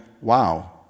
wow